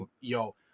yo